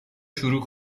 شروع